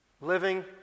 living